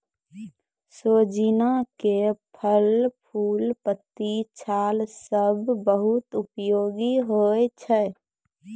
सोजीना के फल, फूल, पत्ती, छाल सब बहुत उपयोगी होय छै